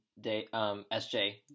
SJ